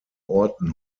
orten